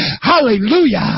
Hallelujah